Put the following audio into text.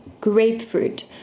grapefruit